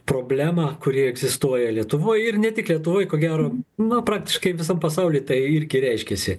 problemą kuri egzistuoja lietuvoj ir ne tik lietuvoj ko gero na praktiškai visą pasauly tai irgi reiškiasi